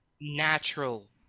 natural